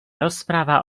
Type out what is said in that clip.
rozprava